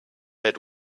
had